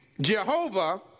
Jehovah